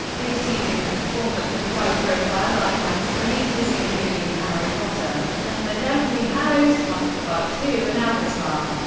exceeding the performance of high-profile imax releases including harry potter and the deathly hallows part but two and avatar.